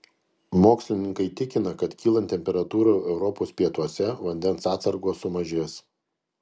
mokslininkai tikina kad kylant temperatūrai europos pietuose vandens atsargos sumažės